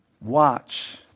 Watch